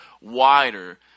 wider